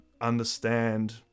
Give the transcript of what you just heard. understand